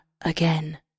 again